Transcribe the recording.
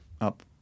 up